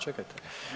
Čekajte.